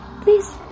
Please